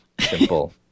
simple